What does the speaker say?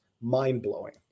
mind-blowing